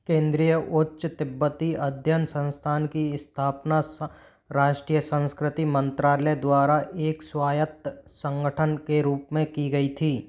केंद्रीय उच्च तिब्बती अध्यन संस्थान की स्थापना राष्ट्रीय संस्कृति मंत्रालय द्वारा एक स्वायत्त संगठन के रूप में की गई थी